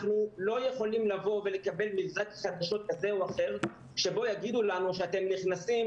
אנחנו לא יכולים לקבל מבזק חדשות כזה או אחר שבו יגידו לנו שאתם נכסים,